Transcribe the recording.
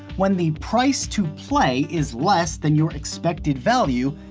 when the price to play is less than your expected value,